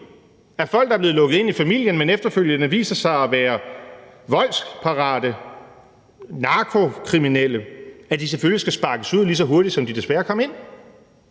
at folk, der er blevet lukket ind i familien, men efterfølgende viser sig at være voldsparate og narkokriminelle, selvfølge skal sparkes ud, lige så hurtigt som de desværre kom ind?